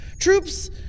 Troops